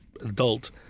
adult